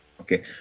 Okay